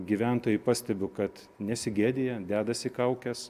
gyventojai pastebi kad nesigėdija dedasi kaukes